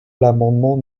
l’amendement